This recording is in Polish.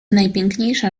najpiękniejsza